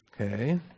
Okay